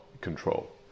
control